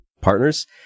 partners